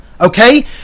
okay